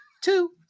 Two